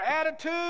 attitude